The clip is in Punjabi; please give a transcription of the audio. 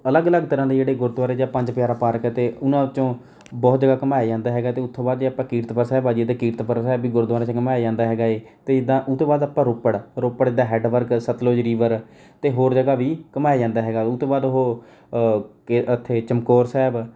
ਅਲੱਗ ਅਲੱਗ ਤਰ੍ਹਾਂ ਦੇ ਜਿਹੜੇ ਗੁਰਦੁਆਰੇ ਜਾਂ ਪੰਜ ਪਿਆਰਾ ਪਾਰਕ ਏ ਅਤੇ ਉਹਨਾਂ ਵਿੱਚੋਂ ਬਹੁਤ ਜ਼ਿਆਦਾ ਘੁੰਮਾਇਆ ਜਾਂਦਾ ਹੈਗਾ ਅਤੇ ਉਥੋਂ ਬਾਅਦ ਜੇ ਆਪਾਂ ਕੀਰਤਪੁਰ ਸਾਹਿਬ ਆ ਜਾਈਏ ਤਾਂ ਕੀਰਤਪੁਰ ਸਾਹਿਬ ਵੀ ਗੁਰਦੁਆਰਿਆਂ 'ਚ ਘੁੰਮਾਇਆ ਜਾਂਦਾ ਹੈਗਾਂ ਏ ਅਤੇ ਇੱਦਾਂ ਉਹ ਤੋਂ ਬਾਅਦ ਆਪਾਂ ਰੋਪੜ ਰੋਪੜ ਇੱਦਾਂ ਹੈੱਡ ਵਰਕ ਸਤਲੁਜ ਰੀਵਰ ਅਤੇ ਹੋਰ ਜਗ੍ਹਾ ਵੀ ਘੁੰਮਾਇਆ ਜਾਂਦਾ ਹੈਗਾ ਉਹ ਤੋਂ ਬਾਅਦ ਉਹੋ ਕੇ ਇੱਥੇ ਚਮਕੌਰ ਸਾਹਿਬ